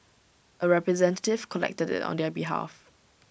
A representative collected IT on their behalf